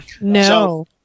No